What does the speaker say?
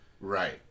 Right